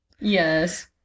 Yes